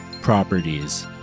properties